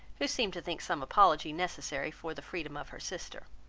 who seemed to think some apology necessary for the freedom of her sister.